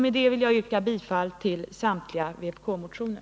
Med detta yrkar jag bifall till samtliga vpk-motioner.